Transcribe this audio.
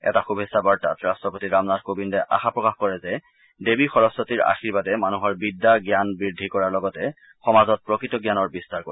এটা শুভেচ্ছা বাৰ্তাত ৰট্টপতি ৰামনাথ কোবিন্দে আশা প্ৰকাশ কৰে যে দেৱী সৰস্বতীৰ আশীৰ্বাদে মানুহৰ বিদ্যা জ্ঞান বুদ্ধি কৰাৰ লগতে সমাজত প্ৰকৃত জ্ঞানৰ বিস্তাৰ কৰিব